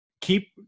keep